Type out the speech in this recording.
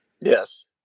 Yes